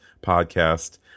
podcast